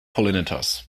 pollinators